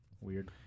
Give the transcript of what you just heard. Weird